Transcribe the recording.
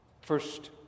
First